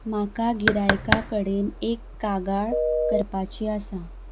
म्हाका गिरायका कडेन एक कागाळ करपाची आसा